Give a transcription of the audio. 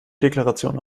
deklaration